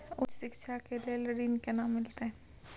उच्च शिक्षा के लेल ऋण केना मिलते?